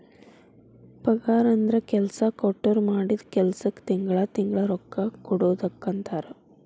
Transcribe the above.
ಪಗಾರಂದ್ರ ಕೆಲ್ಸಾ ಕೊಟ್ಟೋರ್ ಮಾಡಿದ್ ಕೆಲ್ಸಕ್ಕ ತಿಂಗಳಾ ತಿಂಗಳಾ ರೊಕ್ಕಾ ಕೊಡುದಕ್ಕಂತಾರ